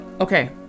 Okay